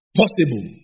possible